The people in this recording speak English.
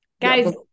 Guys